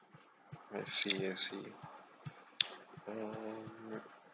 I see I see mm